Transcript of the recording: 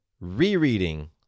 rereading